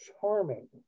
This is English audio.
charming